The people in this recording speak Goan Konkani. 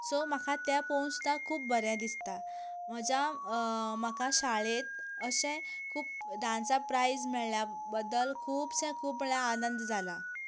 सो म्हाका तें पळोवन सुद्दां खूब बरें दिसता म्हज्या म्हाका शाळेंत अशे खूब डांसाचे प्रायज मेळिल्ल्या बद्दल खुबशे खूब म्हणल्यार आनंद जाला